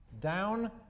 down